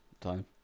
time